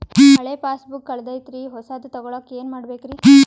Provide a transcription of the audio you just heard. ಹಳೆ ಪಾಸ್ಬುಕ್ ಕಲ್ದೈತ್ರಿ ಹೊಸದ ತಗೊಳಕ್ ಏನ್ ಮಾಡ್ಬೇಕರಿ?